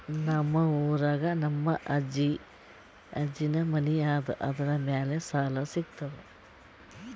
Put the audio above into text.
ನಮ್ ಊರಾಗ ನಮ್ ಅಜ್ಜನ್ ಮನಿ ಅದ, ಅದರ ಮ್ಯಾಲ ಸಾಲಾ ಸಿಗ್ತದ?